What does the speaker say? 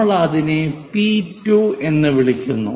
നമ്മൾ അതിനെ പി 2 എന്ന് വിളിക്കുന്നു